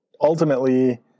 ultimately